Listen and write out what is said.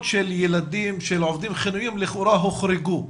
של ילדי עובדים חיוניים לכאורה הוחרגו.